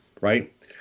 right